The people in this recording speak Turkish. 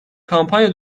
kampanya